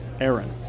Aaron